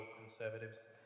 conservatives